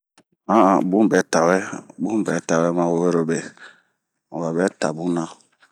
hankan bun bɛtawɛ ma werobe, wabɛ tabun na